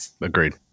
Agreed